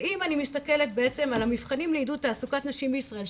ואם אני מסתכלת בעצם על המבחנים לעידוד תעסוקת נשים בישראל,